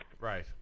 Right